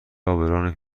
عابران